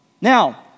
Now